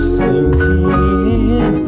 sinking